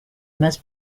must